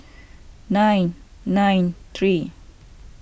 nine nine three